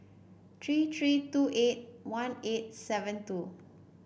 three three two eight one eight seven two